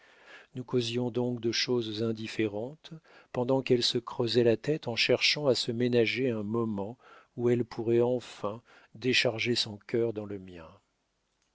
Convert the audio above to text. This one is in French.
nous causions donc de choses indifférentes pendant qu'elle se creusait la tête en cherchant à se ménager un moment où elle pourrait enfin décharger son cœur dans le mien